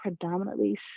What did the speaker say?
predominantly